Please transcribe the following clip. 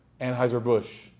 Anheuser-Busch